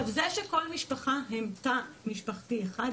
זה שכל משפחה היא תא משפחתי אחד,